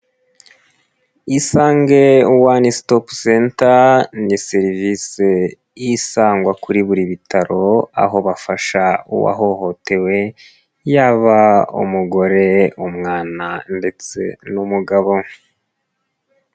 Isange One Stop Center ni serivisi isangwa kuri buri bitaro, aho bafasha uwahohotewe yaba umugore, umwana ndetse n'umugabo.